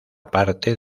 parte